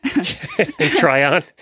Tryon